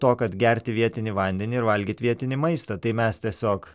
to kad gerti vietinį vandenį ir valgyt vietinį maistą tai mes tiesiog